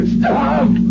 Stop